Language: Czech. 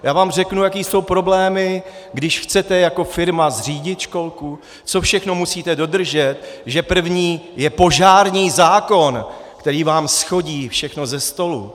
Já vám řeknu, jaké jsou problémy, když chcete jako firma zřídit školku, co všechno musíte dodržet, že první je požární zákon, který vám shodí všechno ze stolu.